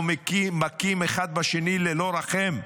אנחנו מכים אחד את השני ללא רחם.